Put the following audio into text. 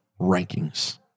Rankings